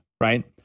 right